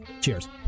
Cheers